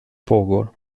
pågår